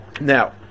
Now